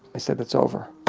i said it's over,